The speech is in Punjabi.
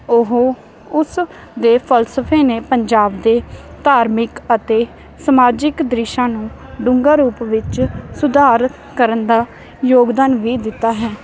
ਉਹ ਉਸ ਦੇ ਫਲਸਫੇ ਨੇ ਪੰਜਾਬ ਦੇ ਧਾਰਮਿਕ ਅਤੇ ਸਮਾਜਿਕ ਦ੍ਰਿਸ਼ਾਂ ਨੂੰ ਡੂੰਘਾ ਰੂਪ ਵਿੱਚ ਸੁਧਾਰ ਕਰਨ ਦਾ ਯੋਗਦਾਨ ਵੀ ਦਿੱਤਾ ਹੈ